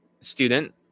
student